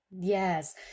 Yes